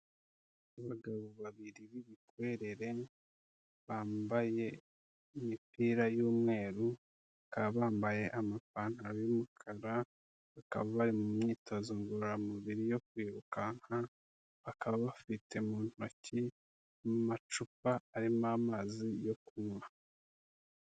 Abagabo babiri b'ibikwerere bambaye imipira y'umweru, bakaba bambaye amapantaro y'umukara bakaba bari mu myitozo ngororamubiri yo kwirukanka, bakaba bafite mu ntoki amacupa arimo amazi yo kunywa.